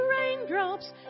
raindrops